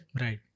Right